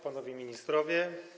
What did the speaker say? Panowie Ministrowie!